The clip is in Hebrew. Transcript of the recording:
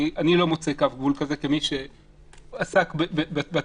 אני לא מוצא קו גבול כזה כמי שעסק בתקש"חים